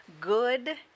good